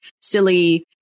silly